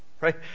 right